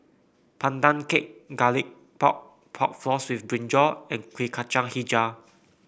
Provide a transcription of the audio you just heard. Pandan Cake Garlic Pork Pork Floss with brinjal and Kueh Kacang hijau